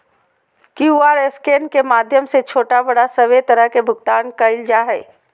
QR scan के माध्यम से छोटा बड़ा सभे तरह के भुगतान कइल जा हइ